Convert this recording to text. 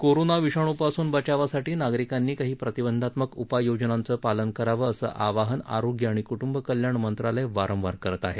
corona विषाणूपासून बचावासाठी नागरिकांनी काही प्रतिबंधात्मक उपाययोजनांचं पालन करावं असं आवाहन आरोग्य आणि कृटुंब कल्याण मंत्रालय वारंवार करत आहे